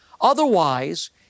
Otherwise